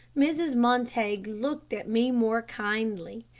mrs. montague looked at me more kindly,